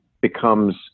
becomes